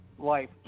Life